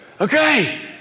Okay